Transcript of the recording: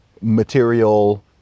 material